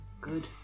Good